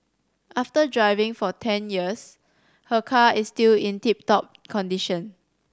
after driving for ten years her car is still in tip top condition